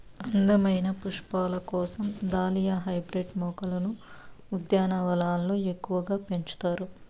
అందమైన పుష్పాల కోసం దాలియా హైబ్రిడ్ మొక్కలను ఉద్యానవనాలలో ఎక్కువగా పెంచుతారు